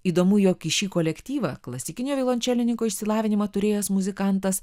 įdomu jog į šį kolektyvą klasikinio violončelininko išsilavinimą turėjęs muzikantas